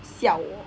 笑我